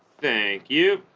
thank you